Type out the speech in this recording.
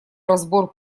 разбор